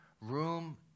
room